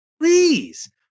Please